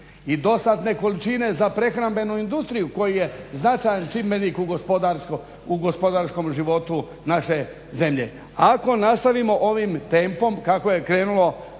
i dostatne količine za prehrambenu industriju koji je značajan čimbenik u gospodarskom životu naše zemlje? Ako nastavimo ovim tempom kako je krenulo,